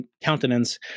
countenance